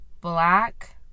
black